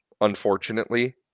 unfortunately